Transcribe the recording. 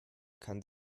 kann